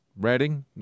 Reading